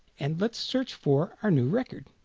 and let's search for our new record